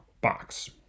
box